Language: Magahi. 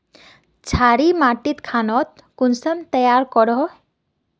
क्षारी मिट्टी खानोक कुंसम तैयार करोहो?